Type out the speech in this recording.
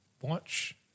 watch